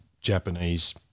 Japanese